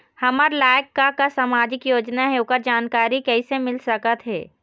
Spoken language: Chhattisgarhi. हमर लायक का का सामाजिक योजना हे, ओकर जानकारी कइसे मील सकत हे?